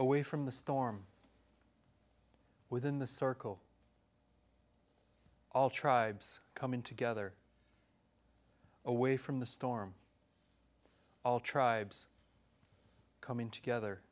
away from the storm within the circle all tribes coming together away from the storm all tribes coming together